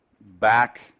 back